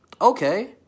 Okay